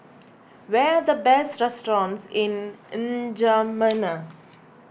where the best restaurants in N'Djamena